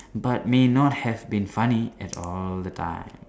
but may not have been funny at all the time